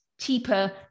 cheaper